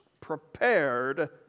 prepared